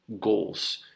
goals